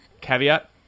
Caveat